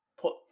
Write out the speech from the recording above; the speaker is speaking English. put